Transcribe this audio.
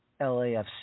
LAFC